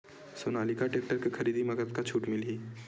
Sonalika tractor के खरीदी मा कतका छूट मीलही?